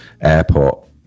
airport